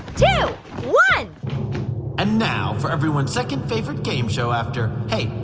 two, one and now for everyone's second-favorite game show after hey,